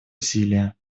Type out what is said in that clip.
усилия